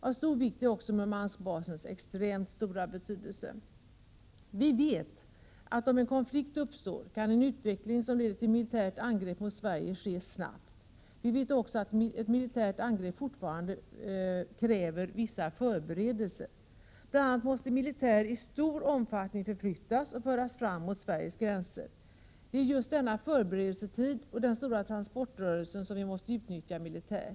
Av synnerlig vikt är också Murmanskbasens extremt stora betydelse. Om en konflikt uppstår kan en utveckling som leder till militärt angrepp mot Sverige snabbt ske. Det vet vi. Vi vet också att ett militärt angrepp fortfarande kräver vissa förberedelser, bl.a. att militär i stor omfattning måste flyttas fram mot Sveriges gränser. Det är just denna förberedelsetid och denna stora transportrörelse som vi måste utnyttja militärt.